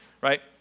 right